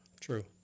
true